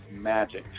magic